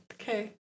Okay